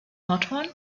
nordhorn